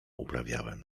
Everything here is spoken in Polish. uprawiałem